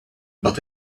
but